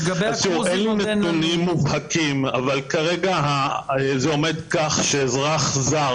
אין לנו נתונים מובהקים אבל כרגע זה עומד כך שאזרח זר